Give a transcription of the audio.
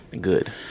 Good